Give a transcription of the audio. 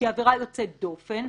שהיא עבירה יוצאת דופן,